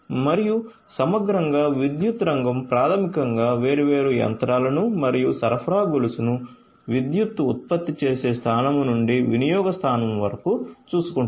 మరియు సమగ్రంగా విద్యుత్ రంగం ప్రాథమికంగా వేర్వేరు యంత్రాలను మరియు సరఫరా గొలుసును విద్యుత్తు ఉత్పత్తి చేసే స్థానం నుండి వినియోగ స్థానం వరకు చూసుకుంటుంది